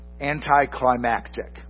anticlimactic